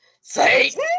Satan